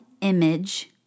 image